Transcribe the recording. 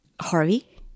Harvey